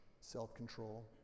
self-control